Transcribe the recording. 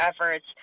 efforts